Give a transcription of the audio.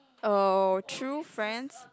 oh true friends